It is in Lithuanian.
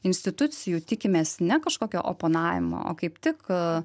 institucijų tikimės ne kažkokio oponavimo o kaip tik